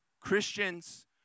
Christians